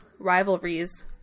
Rivalries